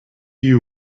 you